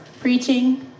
Preaching